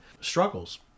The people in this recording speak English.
struggles